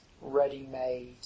ready-made